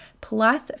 plus